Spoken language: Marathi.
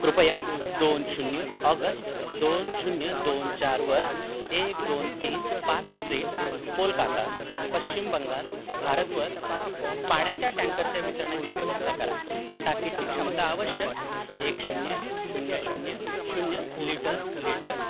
कृपया दोन शून्य ऑगस्ट दोन शून्य दोन चारवर एक दोन तीन पार्क स्ट्रीट कोलकाता पश्चिम बंगाल भारतवर पाण्याच्या टँकरच्या वितरणाची व्यवस्था करा टाकीची क्षमता आवश्यक एक शून्य शून्य शून्य शून्य लिटर लिटर